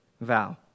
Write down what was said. vow